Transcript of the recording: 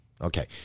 Okay